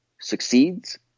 succeeds